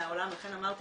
לכן אמרתי